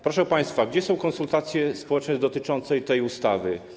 Proszę państwa, gdzie są konsultacje społeczne dotyczące tej ustawy?